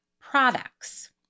products